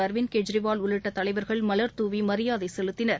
அரவிந்த் கெஜ்ரிவால் உள்ளிட்டதலைவர்கள் மலர் துவிமரியாதைசெலுத்தினர்